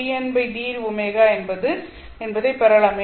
ωdndω என்பதைப் பெறலாம்